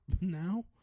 now